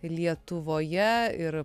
lietuvoje ir